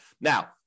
Now